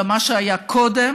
גם מה שהיה קודם